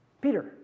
Peter